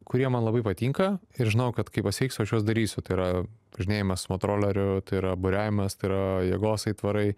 kurie man labai patinka ir žinojau kad kai pasveiksiu aš juos darysiu tai yra važinėjimas motoroleriu tai yra buriavimas tai yra jėgos aitvarai